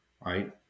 right